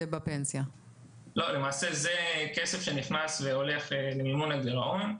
ולמעשה זה כסף שהולך למימון הגירעון.